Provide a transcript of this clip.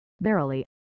Verily